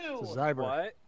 Zyber